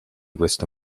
questo